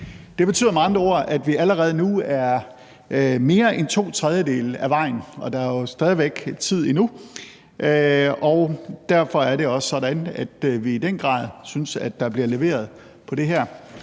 med andre ord, at vi allerede nu er mere end to tredjedele af vejen, og der er jo tid endnu. Derfor er det også sådan, at vi i den grad synes, der bliver leveret på det her.